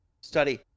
study